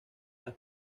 las